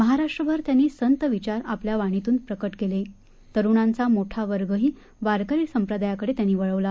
महाराष्ट्रभर त्यांनी संतविचार आपल्या वाणीतून प्रकट केले तरुणांचा मोठा वर्गही वारकरी संप्रदायाकडे वळवला